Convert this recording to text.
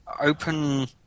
Open